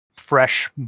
fresh